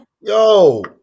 yo